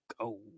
go